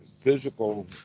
physical